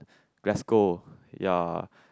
Glasgow ya